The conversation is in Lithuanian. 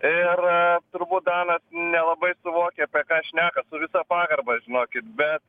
ir turbūt danas nelabai suvokia apie ką šneka su visa pagarba žinokit bet